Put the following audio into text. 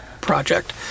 project